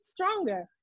stronger